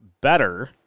better